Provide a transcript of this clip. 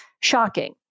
shocking